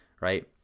right